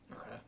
Okay